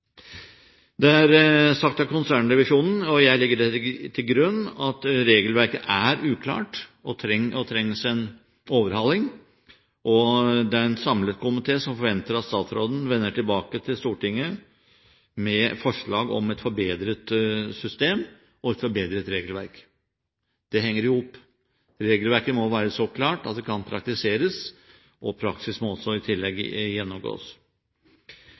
Det er sagt av konsernrevisjonen, og jeg legger det til grunn, at regelverket er uklart og trenger en overhaling. Det er en samlet komité som forventer at statsråden vender tilbake til Stortinget med forslag om et forbedret system og et forbedret regelverk. Det henger i hop. Regelverket må være så klart at det kan praktiseres, og praksis må i tillegg gjennomgås.